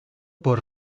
por